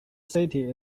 city